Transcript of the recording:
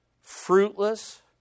fruitless